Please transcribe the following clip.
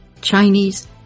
Chinese